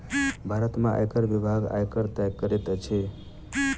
भारत में आयकर विभाग, आयकर तय करैत अछि